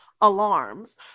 alarms